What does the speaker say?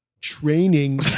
training